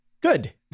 Good